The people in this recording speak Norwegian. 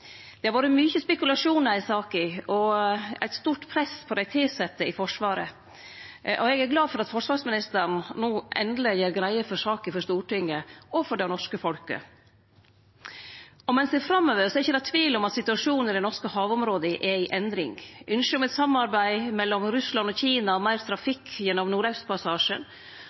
Det har vore mykje spekulasjonar i saka og eit stort press på dei tilsette i Forsvaret, og eg er glad for at forsvarsministeren no endeleg gjer greie for saka for Stortinget og for det norske folket. Om ein ser framover, er det ikkje tvil om at situasjonen i dei norske havområda er i endring. Ynske om eit samarbeid mellom Russland og Kina, meir trafikk gjennom